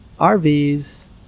RVs